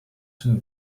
some